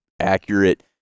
accurate